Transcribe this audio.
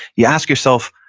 you ask yourself,